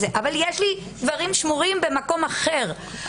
אבל יש לי דברים שמורים במקום אחר.